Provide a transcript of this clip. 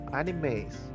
animes